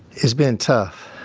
it's been tough.